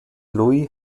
louis